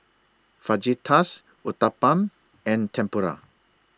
Fajitas Uthapam and Tempura